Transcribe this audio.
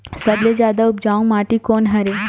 सबले जादा उपजाऊ माटी कोन हरे?